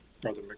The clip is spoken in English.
Brother